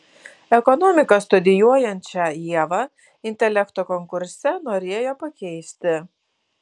ekonomiką studijuojančią ievą intelekto konkurse norėjo pakeisti